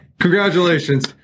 Congratulations